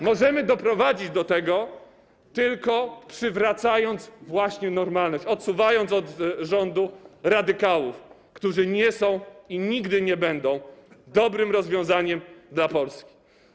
Możemy doprowadzić do tego, tylko przywracając normalność, odsuwając od rządu radykałów, którzy nie są i nigdy nie będą dobrym rozwiązaniem dla Polski.